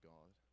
God